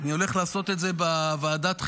אני הולך לעשות את זה בוועדת החינוך,